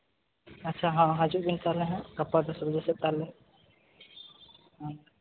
ᱟᱪᱪᱷᱟ ᱦᱚᱸ ᱦᱤᱡᱩᱜ ᱵᱤᱱ ᱛᱟᱦᱚᱞᱮ ᱦᱟᱸᱜ ᱜᱟᱯᱟ ᱫᱚ ᱥᱮᱜ ᱛᱟᱦᱚᱞᱮ ᱦᱮᱸ